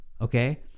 okay